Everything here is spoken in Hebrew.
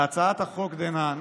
בהצעת החוק דנן